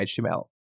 HTML